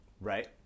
Right